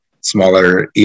smaller